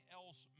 else